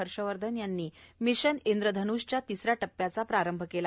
हर्षवर्धन यांनी काल मिशन इंद्रधन्षच्या तिसऱ्या टप्प्याचा प्रारंभ केला